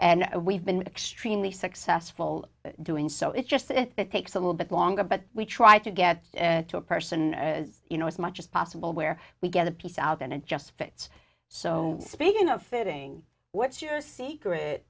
and we've been extremely successful doing so it's just that it takes a little bit longer but we try to get to a person as you know as much as possible where we get a piece out and it just fits so speaking of fitting what's your secret